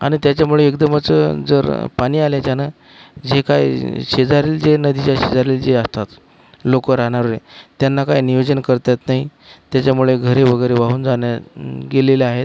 आणि त्याच्यामुळे एकदमच जर पाणी आल्यानं जे काही शेजारील जे नदीच्या शेजारील जे असतात लोकं राहणारे त्यांना काही नियोजन करता येत नाही त्याच्यामुळे घरे वगैरे वाहून जाणं गेलेले आहेत